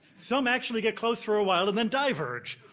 some actually get close for awhile and then diverge.